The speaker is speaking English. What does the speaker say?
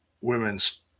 women's